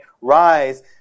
rise